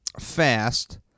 fast